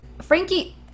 Frankie